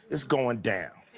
it's going down.